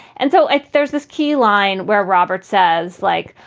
and so there's this key line where roberts says, like,